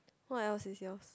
what else is yours